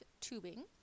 tubing